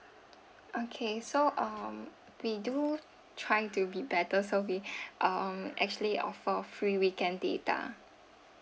okay so um we do try to be better so we um actually offer free weekend data